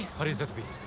what is